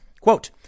quote